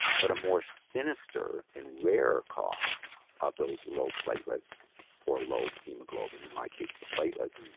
but a more sinister and rare cause of those low platelets or low hemoglobin, in my case the platelets,